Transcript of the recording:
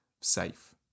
safe